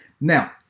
now